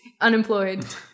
Unemployed